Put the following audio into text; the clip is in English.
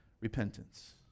repentance